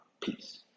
Peace